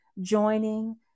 joining